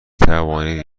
توانید